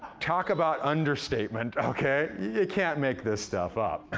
talk about understatement, okay? you can't make this stuff up.